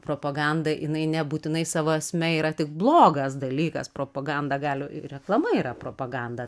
propaganda jinai nebūtinai savo esme yra tik blogas dalykas propaganda gali ir reklama yra propaganda